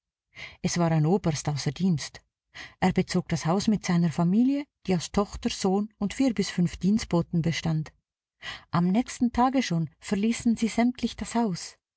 es war ein oberst a d er bezog das haus mit seiner familie die aus tochter sohn und vier bis fünf dienstboten bestand am nächsten tage schon verließen sie sämtlich das haus